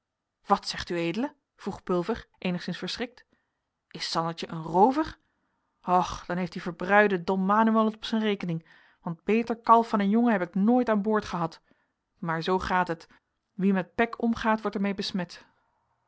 wat zegt ued vroeg pulver eenigszins verschrikt is sandertje een roover och dan heeft die verbruide don manoël het op zijn rekening want beter kalf van een jongen heb ik nooit aan boord gehad maar zoo gaat het wie met pek omgaat wordt er mee besmet